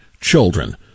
children